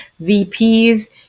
VPs